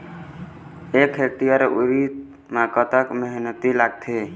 एक हेक्टेयर उरीद म कतक मेहनती लागथे?